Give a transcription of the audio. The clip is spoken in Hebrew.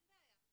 אין בעיה.